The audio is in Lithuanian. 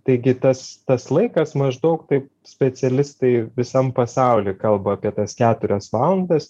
taigi tas tas laikas maždaug taip specialistai visam pasauly kalba apie tas keturias valandas